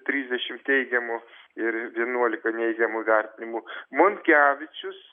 trisdešim teigiamų ir vienuolika neigiamų vertinimų monkevičius